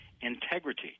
integrity